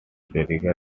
springer